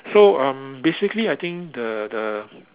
so um basically I think the the